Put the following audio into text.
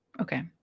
Okay